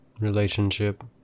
relationship